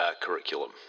Curriculum